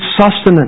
sustenance